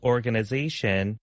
Organization